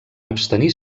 abstenir